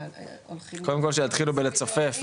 קודם כל שיתחילו בלצופף,